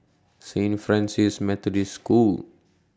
Saint Francis Methodist School